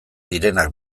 direnak